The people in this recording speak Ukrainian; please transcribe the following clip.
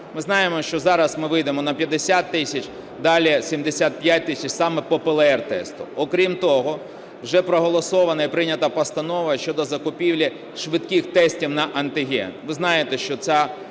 Ми знаємо, що зараз ми вийдемо на 50 тисяч, далі 75 тисяч, саме по ПЛР-тесту. Окрім того вже проголосована і прийнята постанова щодо закупівлі швидких тестів на антиген. Ви знаєте, що ця